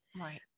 Right